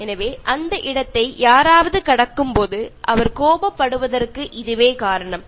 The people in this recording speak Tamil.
எனவே அந்த இடத்தை யாராவது கடக்கும்போது அவர் கோபப்படுவதற்கு இதுவே காரணம்